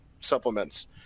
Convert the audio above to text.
supplements